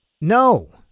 no